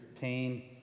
pain